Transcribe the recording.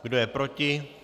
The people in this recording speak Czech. Kdo je proti?